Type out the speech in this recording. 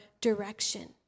direction